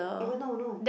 you won't know you know